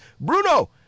Bruno